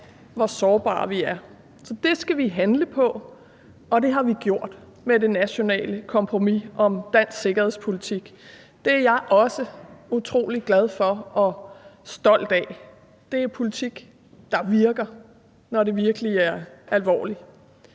hvor sårbare vi er. Så det skal vi handle på, og det har vi gjort med det nationale kompromis om dansk sikkerhedspolitik. Det er jeg også utrolig glad for og stolt af. Det er politik, der virker, når det virkelig er alvorligt.